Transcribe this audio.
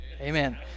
Amen